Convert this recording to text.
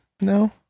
No